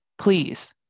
please